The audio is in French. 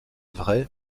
vraies